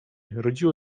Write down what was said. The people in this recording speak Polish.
rodziło